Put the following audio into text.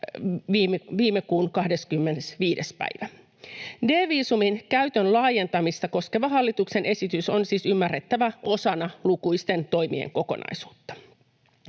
viime kuun 25. päivä. D-viisumin käytön laajentamista koskeva hallituksen esitys on siis ymmärrettävä osana lukuisten toimien kokonaisuutta.